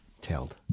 tailed